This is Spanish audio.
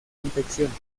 infecciones